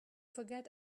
forget